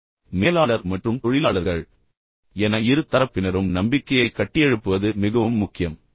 மேலாளர் மற்றும் தொழிலாளர்கள் மேலாளர் மற்றும் தொழிலாளர்கள் என இரு தரப்பினரும் நம்பிக்கையைக் கட்டியெழுப்புவது மிகவும் முக்கியம்